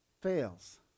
fails